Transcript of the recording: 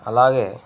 అలాగే